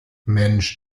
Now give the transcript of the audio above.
mensch